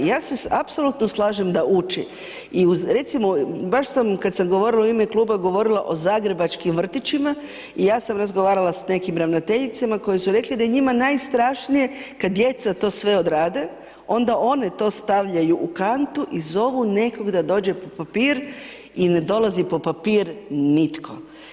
Ja se apsolutno slažem da uči i uz recimo, baš sam, kad sam govorila u ime kluba, govorila o zagrebačkim vrtićima i ja sam razgovarala s nekim ravnateljicama koje su rekle da je njima najstrašnije kad djeca to sve odrade, onda one to stavljaju u kantu i zovu nekog da dođe po papir i ne dolazi po papir nitko.